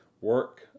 work